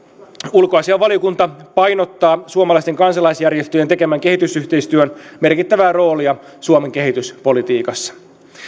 ulkoasiainvaliokunta painottaa suomalaisten kansalaisjärjestöjen tekemän kehitysyhteistyön merkittävää roolia suomen kehityspolitiikassa